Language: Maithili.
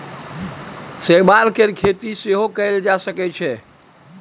शैवाल केर खेती सेहो कएल जा सकै छै